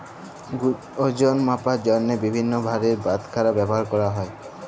ওজল মাপার জ্যনহে বিভিল্ল্য ভারের বাটখারা ব্যাভার ক্যরা হ্যয়